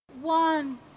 One